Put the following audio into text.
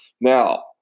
Now